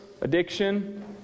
addiction